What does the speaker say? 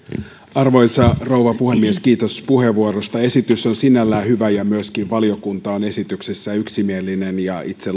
arvoisa rouva puhemies kiitos puheenvuorosta esitys on sinällään hyvä ja myöskin valiokunta on esityksessään yksimielinen myöskin itse